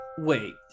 wait